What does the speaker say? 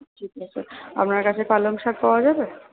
ঠিক আছে আপনার কাছে পালংশাক পাওয়া যাবে